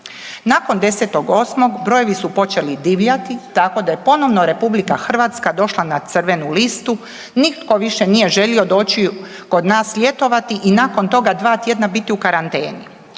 Nakon 10.8. brojevi su počeli divljati tako da je ponovno RH došla na crvenu listu, nitko više nije želio doći kod nas ljetovati i nakon toga dva tjedna biti u karanteni.